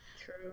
True